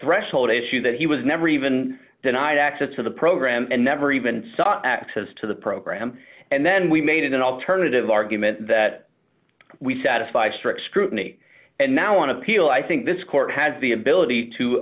threshold issue that he was never even denied access to the program and never even saw access to the program and then we made an alternative argument that we satisfy strict scrutiny and now on appeal i think this court has the ability to